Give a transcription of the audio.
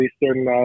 Eastern